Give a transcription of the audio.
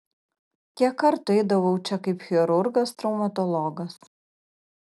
kiek kartų eidavau čia kaip chirurgas traumatologas